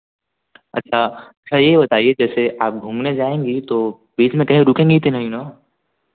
अच्छा अच्छा यह बताइए जैसे आप घूमने जाएँगी तो बीच में कहीं रुकेंगी तो नहीं ना